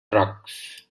trucks